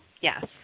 Yes